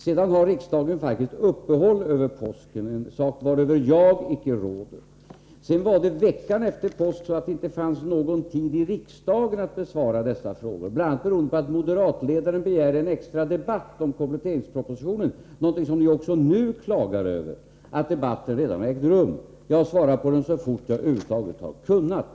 Sedan har faktiskt riksdagen uppehåll över påsk — en sak varöver jag icke råder. Veckan efter påsk fanns det inte någon tid i riksdagen för att besvara dessa frågor, bl.a. beroende på att moderatledaren begärt en extra debatt om kompletteringspropositionen — något som ni nu klagar över när ni säger att debatten redan har ägt rum. Jag har svarat på frågorna så fort som jag över huvud taget har kunnat.